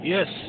Yes